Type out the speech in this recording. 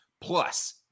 plus